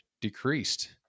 decreased